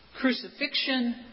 crucifixion